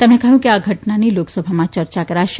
તેમણે કહ્યું કે આ ઘટનાની લોકસભામાં ચર્ચા કરાશે